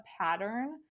pattern